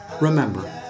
remember